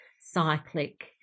cyclic